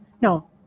No